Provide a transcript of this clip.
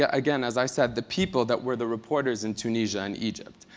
yeah again, as i said, the people that were the reporters in tunisia and egypt,